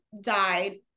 died